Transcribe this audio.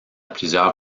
plusieurs